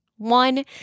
One